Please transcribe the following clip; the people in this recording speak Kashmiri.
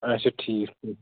اَچھا ٹھیٖک چھُ